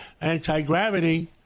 anti-gravity